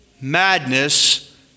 madness